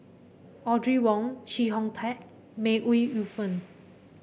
Audrey Wong Chee Hong Tat May Ooi Yu Fen